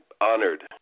honored